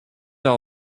all